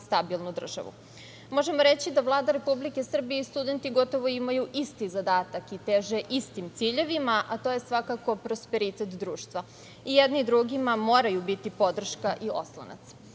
stabilnu državu. Možemo reći da Vlada Republike Srbije i studenti gotovo imaju isti zadatak i teže istim ciljevima, a to je svakako prosperitet društva i jedni drugima moraju biti podrška i oslonac. Zadatak